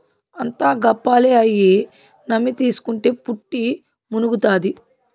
అంతా గప్పాలే, అయ్యి నమ్మి తీస్కుంటే పుట్టి మునుగుతాది